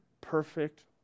perfect